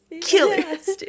killers